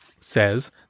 says